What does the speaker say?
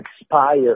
expire